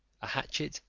a hatchet,